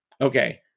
Okay